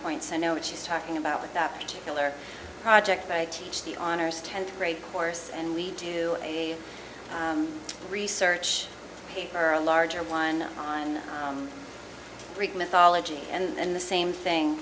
point so know what she's talking about with that particular project i teach the honors tenth grade course and we do a research paper or a larger one on greek mythology and the same thing